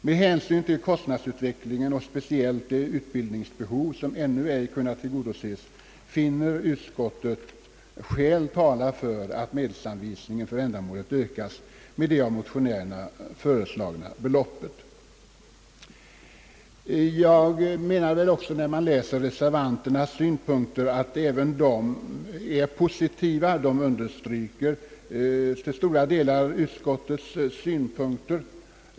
Med hänsyn till kostnadsutvecklingen och speciellt det utbildningsbehov som ännu ej kunnat tillgodoses, finner utskottet skäl tala för att medelsanvisningen för ändamålet ökas med av motionärerna föreslaget belopp.» När man läser vad reservanterna anfört finner man att även de är positivt inställda och till stora delar understryker utskottets synpunkter.